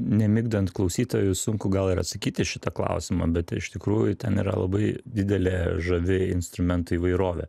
nemigdant klausytojų sunku gal ir atsakyt į šitą klausimą bet iš tikrųjų ten yra labai didelė žavi instrumentų įvairovė